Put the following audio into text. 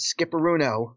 Skipperuno